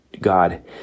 God